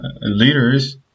leaders